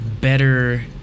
better